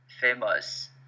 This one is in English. famous